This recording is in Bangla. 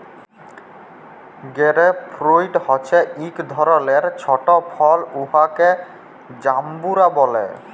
গেরেপ ফ্রুইট হছে ইক ধরলের ছট ফল উয়াকে জাম্বুরা ব্যলে